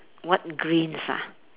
what greens ah